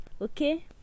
okay